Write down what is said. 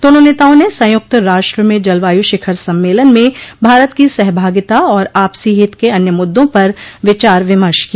दोनों नेताओं ने संयुक्त राष्ट्र में जलवायु शिखर सम्मेलन में भारत की सहभागिता और आपसी हित के अन्य मुद्दों पर विचार विमर्श किया